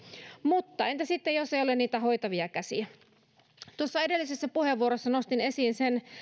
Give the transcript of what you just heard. mutta entä sitten jos ei ole niitä hoitavia käsiä edellisessä puheenvuorossa nostin esiin sen